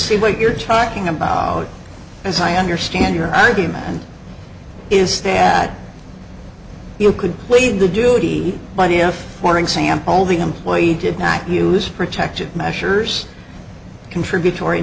see what you're talking about as i understand your argument is that you could leave the duty body of for example the employee did not use protection measures contributory